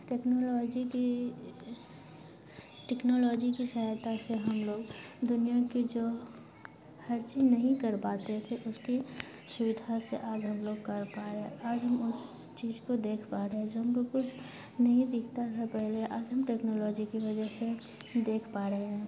technology की technology की सहायता से हम लोग दुनियाँ की जो हर चीज़ नहीं कर पाते थे उसकी सुविधा से आज हम लोग कर पा रहे आज हम उस चीज़ को देख पा रहे जो हम लोग को नहीं दिखता था पहले आज हम टेक्नोलॉजी की वजह से देख पा रहे हैं